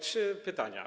Trzy pytania.